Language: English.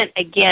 again